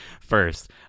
first